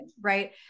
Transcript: right